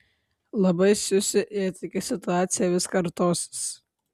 labai siusiu jei tokia situacija vis kartosis